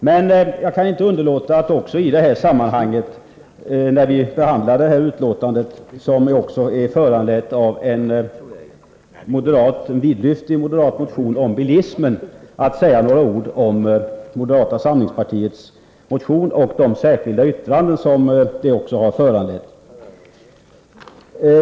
Men jag kan inte underlåta att i detta sammanhang, när vi behandlar detta betänkande, som även är föranlett av en vidlyftig moderat motion om bilismen, säga några ord om moderata samlingspartiets motion och de särskilda yttranden som den också har fått till följd.